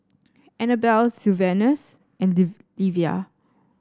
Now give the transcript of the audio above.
Anabel Sylvanus and Livia